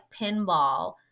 pinball